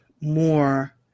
more